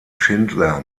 schindler